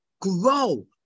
Grow